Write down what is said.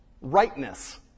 rightness